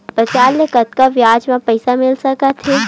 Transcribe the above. बजार ले कतका ब्याज म पईसा मिल सकत हे?